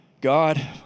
God